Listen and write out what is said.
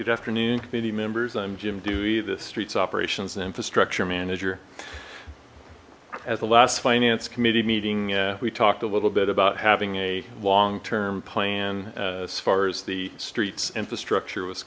good afternoon committee members i'm jim dewey the streets operations infrastructure manager as the last finance committee meeting we talked a little bit about having a long term plan as far as the streets infrastructure was